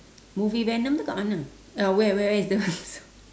movie venom itu dekat mana uh where where is the